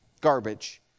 garbage